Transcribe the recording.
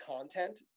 content